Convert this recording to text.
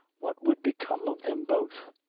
what would become of them both?